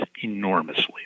enormously